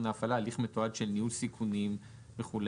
ההפעלה הליך מתועד של ניהול סיכונים וכולי.